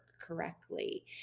Correctly